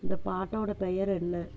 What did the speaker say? இந்த பாட்டுடோட பெயர் என்ன